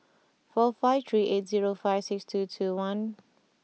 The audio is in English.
four five three eight zero five six two two one